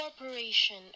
Corporation